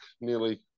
nearly